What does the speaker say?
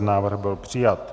Návrh byl přijat.